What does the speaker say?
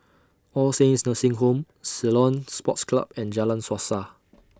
All Saints Nursing Home Ceylon Sports Club and Jalan Suasa